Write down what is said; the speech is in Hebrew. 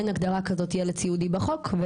אין הגדרה כזאת ילד סיעודי בחוק,